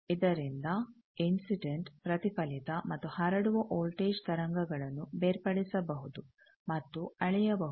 ಇದರಿಂದ ಇನ್ಸಿಡೆಂಟ್ ಪ್ರತಿಫಲಿತ ಮತ್ತು ಹರಡುವ ವೋಲ್ಟೇಜ್ ತರಂಗಗಳನ್ನು ಬೇರ್ಪಡಿಸಬಹುದು ಮತ್ತು ಅಳೆಯಬಹುದು